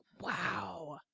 wow